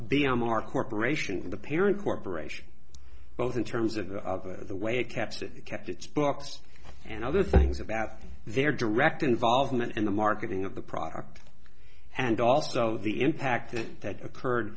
b m r corporation the parent corporation both in terms of the way it kept it kept its books and other things about their direct involvement in the marketing of the product and also the impact that occurred